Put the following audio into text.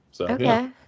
Okay